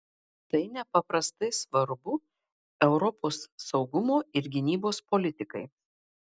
tai nepaprastai svarbu europos saugumo ir gynybos politikai